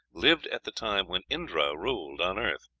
lived at the time when indra ruled on earth.